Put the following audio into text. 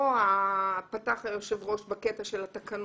פתח היושב ראש בקטע של התקנות.